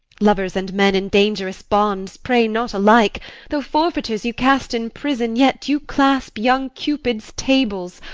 lovers and men in dangerous bonds pray not alike though forfeiters you cast in prison, yet you clasp young cupid's tables.